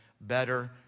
better